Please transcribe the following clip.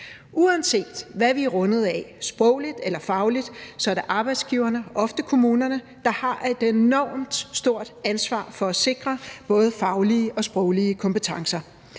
Uanset hvad vi er rundet af sprogligt eller fagligt, er det arbejdsgiverne, ofte kommunerne, der har et enormt stort ansvar for at sikre både faglige og sproglige kompetencer.